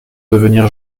devenir